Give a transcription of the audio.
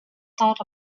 thought